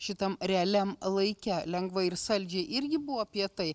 šitam realiam laike lengvai ir saldžiai irgi buvo apie tai